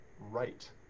right